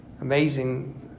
amazing